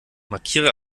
markiere